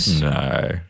No